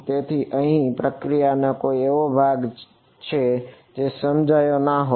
તેથી અહીં આ પ્રક્રિયાનો કોઈ એવો ભાગ છે જે સમજાયો ના હોય